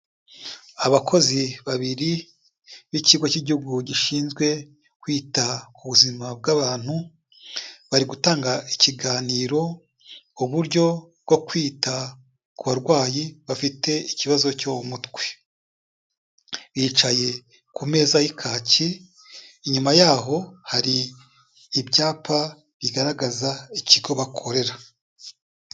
Abakozi babiri b'ikigo k'igihugu gishinzwe kwita ku buzima bw'abantu, bari gutanga ikiganiro uburyo bwo kwita ku barwayi bafite ikibazo cyo mu mutwe. Bicaye ku meza y'ikaki inyuma yaho hari ibyapa bigaragaza ikigo bakorera.